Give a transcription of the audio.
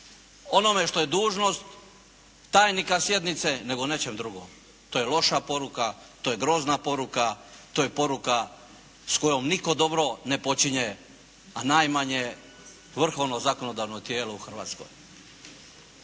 onomu što je dužnost tajnika sjednice nego nečem drugom. To je loša poruka, to je grozna poruka, to je poruka s kojom nitko dobro ne počinje a najmanje vrhovno zakonodavno tijelo u Hrvatskoj.